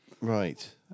Right